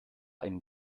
einen